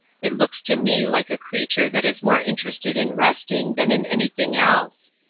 it looks to me like a creature that is more interested in resting than in anything else.